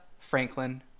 Franklin